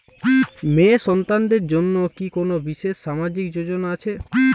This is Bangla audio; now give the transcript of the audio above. মেয়ে সন্তানদের জন্য কি কোন বিশেষ সামাজিক যোজনা আছে?